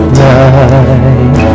night